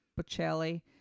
Bocelli